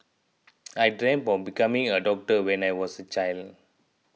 I dreamt of becoming a doctor when I was a child